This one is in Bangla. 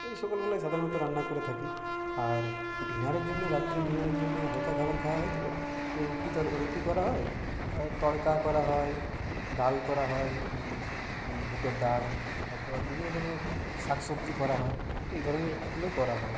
এই সকলগুলোই সাধারণত রান্না করে থাকি আর ডিনারের জন্যে রাত্রে ডিনারের জন্যে হালকা খাবার খাওয়া হয় তো রুটি রুটি করা হয় তড়কা করা হয় ডাল করা হয় বুটের ডাল তারপর বিভিন্ন ধরনের শাক সবজি করা হয় এধরনের গুলোই করা হয়